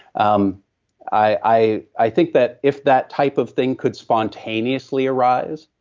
um i i think that if that type of thing could spontaneously arise,